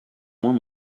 moins